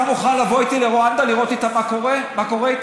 אתה מוכן לבוא איתי לרואנדה לראות מה קורה איתם?